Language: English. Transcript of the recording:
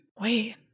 Wait